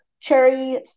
cherry